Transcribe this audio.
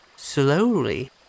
Slowly